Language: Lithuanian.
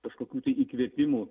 kažkokių tai įkvėpimų